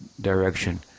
direction